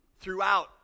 throughout